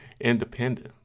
independent